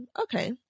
okay